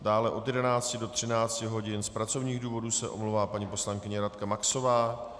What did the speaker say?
Dále od 11 do 13 hodin z pracovních důvodů se omlouvá paní poslankyně Radka Maxová.